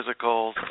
physicals